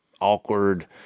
awkward